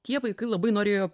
tie vaikai labai norėjo